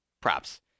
Props